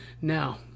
Now